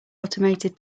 automated